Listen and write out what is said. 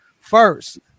first